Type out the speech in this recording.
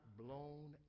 blown